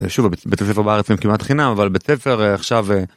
יושב בבית הספר בארץ עם כמעט חינם אבל בבית הספר עכשיו.